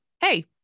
hey